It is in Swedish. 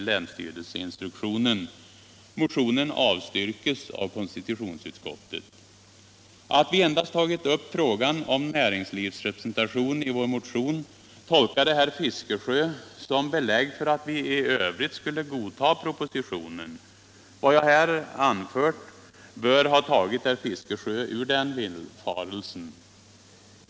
Att vi endast tagit upp frågan om näringslivsrepresentation i vår motion tolkade herr Fiskesjö som belägg för att vi i övrigt skulle godta propositionen. Vad jag här anfört bör ha tagit herr Fiskesjö ur den villfarelsen.